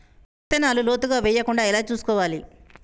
విత్తనాలు లోతుగా వెయ్యకుండా ఎలా చూసుకోవాలి?